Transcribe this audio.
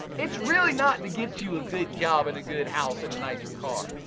it's really not to get you a good job and a good house and a nicer car.